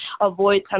avoid